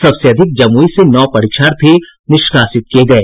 सबसे अधिक जमुई से नौ परीक्षार्थी निष्कासित किये गये